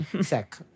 sick